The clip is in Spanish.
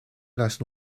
las